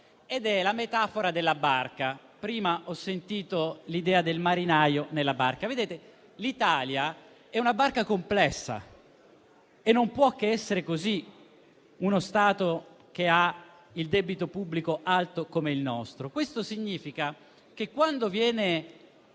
ed è la metafora della barca. Anche poco fa ho sentito evocare l'idea del marinaio nella barca, ma l'Italia è una barca complessa e non può che essere così per uno Stato che ha un debito pubblico alto come il nostro. Questo significa che quando viene